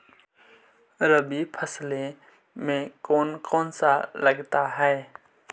रबी फैसले मे कोन कोन सा लगता हाइय?